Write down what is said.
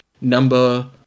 number